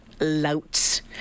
louts